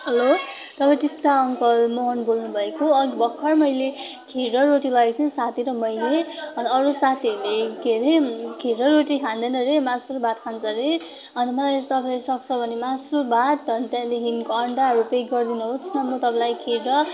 hello तपाईँ Krishna uncle Mohan बोल्नु भएको अघि भर्खर मैले खिर र रोटी लगेको थिएँ नि साथी र मैले अनि अरू साथीहरूले के अरे के अरे रोटी खान्दैन अरे मासु र भात खान्छ अरे अन्त मलाई तपाईँ सक्छ भने मासु भात अन्त त्यहाँदेखिको अन्डाहरू प्याक गरिदिुनु होस् न म तपाईँलाई खिर र